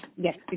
Yes